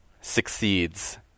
succeeds